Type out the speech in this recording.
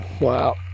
Wow